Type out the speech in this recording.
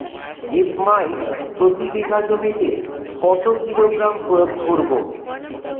Zip মাইট প্রতি বিঘা জমিতে কত কিলোগ্রাম প্রয়োগ করব?